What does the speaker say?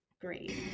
Great